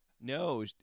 No